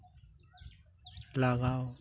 ᱞᱟᱜᱟᱣ